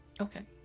Okay